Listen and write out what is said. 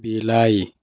ବିଲେଇ